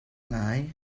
ngai